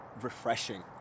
refreshing